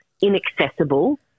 inaccessible